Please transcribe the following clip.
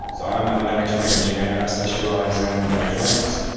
so i'm i'm an electronic engineer and i specialize in electronics,